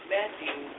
Matthew